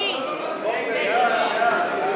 ההצעה להסיר מסדר-היום